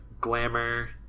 glamour